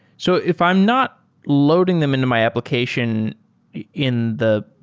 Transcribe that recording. so if i'm not loading them into my application in the